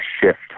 shift